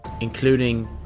including